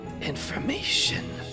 Information